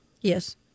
Yes